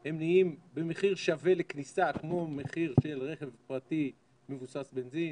הם נהיים במחיר שווה לכניסה כמו מחיר של רכב פרטי מבוסס בנזין.